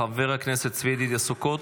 חבר הכנסת צבי ידידיה סוכות,